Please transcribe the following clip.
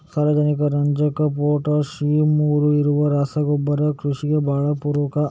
ಸಾರಾಜನಕ, ರಂಜಕ, ಪೊಟಾಷ್ ಈ ಮೂರೂ ಇರುವ ರಸಗೊಬ್ಬರ ಕೃಷಿಗೆ ಭಾಳ ಪೂರಕ